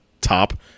top